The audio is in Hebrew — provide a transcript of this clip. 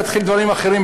נתחיל דברים אחרים,